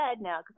now